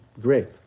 great